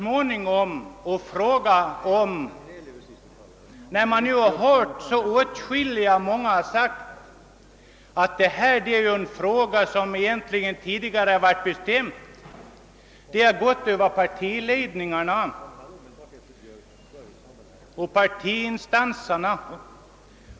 Många av de föregående talarna har sagt att hela detta ärende egentligen blivit uppgjort i förväg mellan de olika partiledningarna och partiinstanserna.